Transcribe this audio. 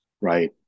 Right